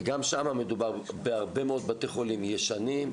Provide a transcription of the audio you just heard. וגם שם מדובר בהרבה מאוד בתי חולים ישנים,